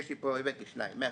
יש לי פה, הבאתי שניים מהשרופים,